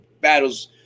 battles